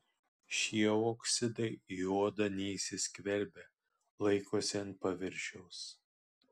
šie oksidai į odą neįsiskverbia laikosi ant paviršiaus